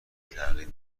تغییر